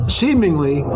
seemingly